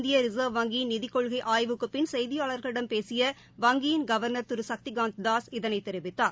இந்திய ரிசர்வ் வங்கியின் நிதிக்கொள்கை ஆய்வுக்குப் பின் செய்தியாளர்களிடம் பேசிய வங்கியின் கவர்னர் திரு சக்திகாந்த் தாஸ் இதனை தெரிவித்தார்